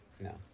No